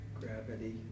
Gravity